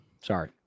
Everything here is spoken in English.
Sorry